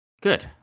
Good